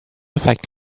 affect